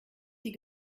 sie